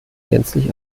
gänzlich